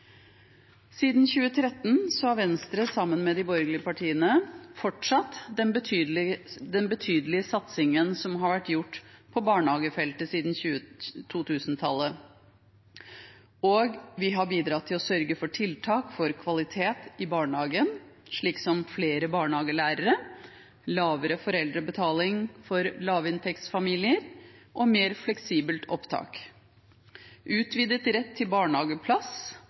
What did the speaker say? Siden 2013 har Venstre, sammen med de borgerlige partiene, fortsatt den betydelige satsingen som har vært gjort på barnehagefeltet siden 2000-tallet. Og vi har bidratt til å sørge for tiltak for kvalitet i barnehagen, slik som flere barnehagelærere, lavere foreldrebetaling for lavinntektsfamilier og mer fleksibelt opptak. Utvidet rett til barnehageplass